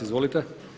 Izvolite.